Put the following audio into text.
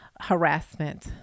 harassment